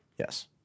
yes